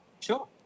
Sure